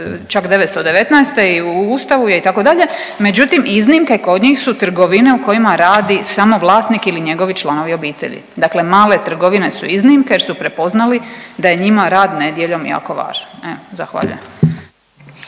čak '919. i u ustavu je itd., međutim iznimke kod njih su trgovine u kojima radi samo vlasnik ili njegovi članovi obitelji, dakle male trgovine su iznimke jer su prepoznali da je njima rad nedjeljom jako važan, evo zahvaljujem.